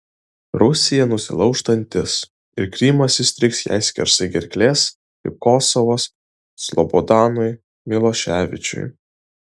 rusija nusilauš dantis ir krymas įstrigs jai skersai gerklės kaip kosovas slobodanui miloševičiui